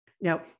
Now